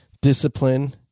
discipline